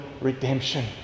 redemption